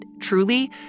truly